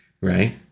right